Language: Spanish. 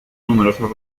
numerosas